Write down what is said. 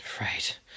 Right